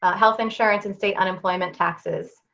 ah health insurance, and state unemployment taxes.